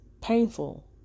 painful